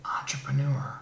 entrepreneur